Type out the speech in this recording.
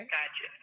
Gotcha